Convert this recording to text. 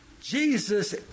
Jesus